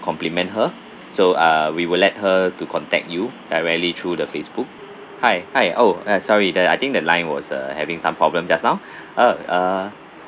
compliment her so uh we will let her to contact you directly through the Facebook hi hi oh uh sorry the I think the line was uh having some problem just now uh uh